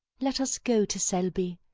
let us go to selby.